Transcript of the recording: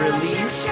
Release